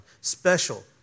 special